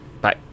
Bye